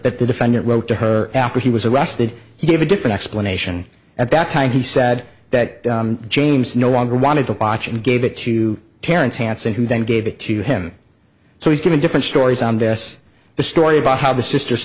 that the defendant wrote to her after he was arrested he gave a different explanation at that time he said that james no longer wanted to watch and gave it to terence hansen who then gave it to him so he's given different stories on this the story about how the sister